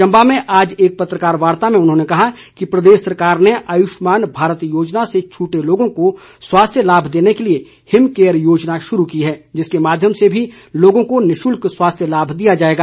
चंबा में आज एक पत्रकारवार्ता में उन्होंने कहा कि प्रदेश सरकार ने आयुष्मान भारत योजना से छूटे लोगों को स्वास्थ्य लाभ देने के लिए हिमकेयर योजना शुरू की है जिसके माध्यम से भी लोगों को निशल्क स्वास्थ्य लाभ दिया जाएगा